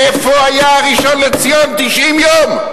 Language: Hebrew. איפה היה הראשון לציון 90 יום?